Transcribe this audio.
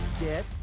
Get